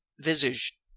visage